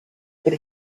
could